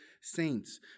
saints